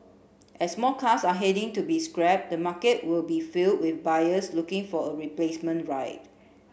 as more cars are heading to be scrapped the market will be filled with buyers looking for a replacement ride